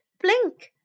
Blink